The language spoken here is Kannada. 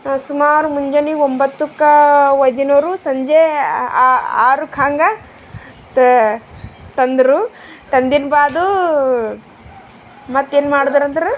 ಸುಮಾರು ಮುಂಜಾನೆ ಒಂಬತ್ತಕ್ಕ ಒಯ್ದೀನವರು ಸಂಜೆ ಆರುಕ್ಕ ಹಂಗೆ ತಂದರು ತಂದಿನ ಬಾದು ಮತ್ತೇನು ಮಾಡಿದ್ರಂದ್ರ